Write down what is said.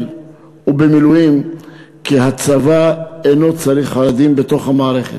ובמילואים כי הצבא אינו צריך חרדים בתוך המערכת.